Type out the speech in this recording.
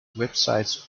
websites